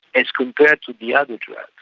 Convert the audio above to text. it's compared to the other drugs,